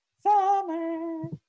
Summer